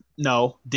No